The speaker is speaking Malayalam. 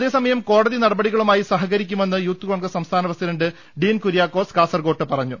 അതേസമയം കോടതി നടപടികളുമായി സഹകരിക്കുമെന്ന് യൂത്ത് കോൺഗ്രസ് സംസ്ഥാനപ്രസിഡന്റ് ഡീൻകുര്യാക്കോസ് കാസർകോട്ട് പറഞ്ഞു